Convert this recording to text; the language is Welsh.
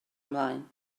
ymlaen